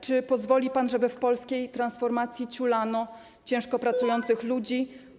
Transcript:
Czy pozwoli pan, żeby w polskiej transformacji ciulano ciężko pracujących ludzi?